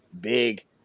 big –